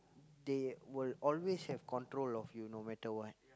they will always have control of you no matter what